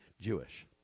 Jewish